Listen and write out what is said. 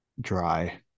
dry